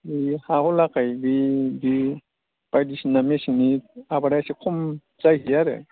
बै हा दहलाखाय बै बायदिसिना मेसेंनि आबादा एसे खम जाहैखायो आरो